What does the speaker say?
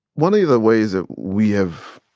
one of the ways that we have